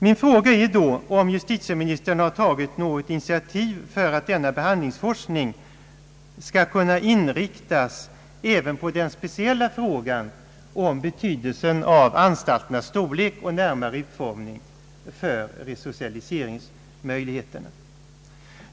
Min fråga blir då: Har justitieministern tagit något initiativ för att denna behandlingsforskning skall kunna inriktas även på den speciella aspekten om betydelsen av anstalternas storlek och närmare utformning för resocialiseringsmöjligheten?